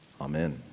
Amen